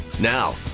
Now